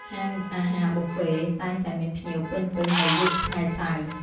ហាងអាហារប៊ូហ្វេ (Buffet) តែងតែមានភ្ញៀវពេញៗនៅយប់ថ្ងៃសៅរ៍។